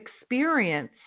experience